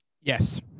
Yes